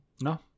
No